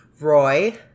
Roy